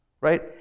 Right